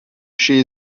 she